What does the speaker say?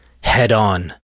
head-on